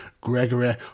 Gregory